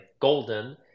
golden